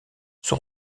son